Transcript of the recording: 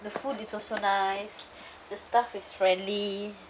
the food is also nice the staff is friendly